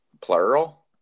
Plural